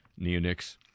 Neonics